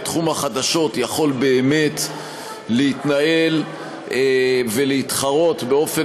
שתחום החדשות יכול באמת להתנהל ולהתחרות באופן